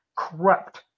corrupt